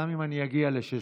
גם אם אגיע ל-06:00,